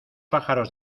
pájaros